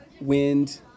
wind